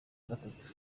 gatatu